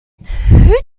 who